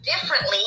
differently